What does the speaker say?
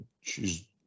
shes